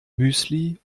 müsli